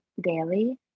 daily